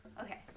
okay